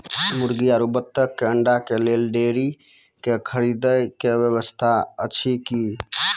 मुर्गी आरु बत्तक के अंडा के लेल डेयरी के खरीदे के व्यवस्था अछि कि?